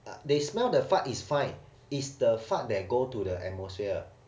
but they smell the fart is fine is the fart that go to the atmosphere